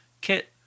Kit